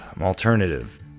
alternative